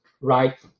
right